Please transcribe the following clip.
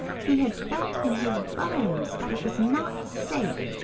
he had felt in his bones that it was not safe,